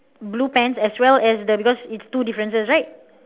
blue pants as well as the because it's two differences right